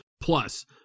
plus